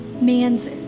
man's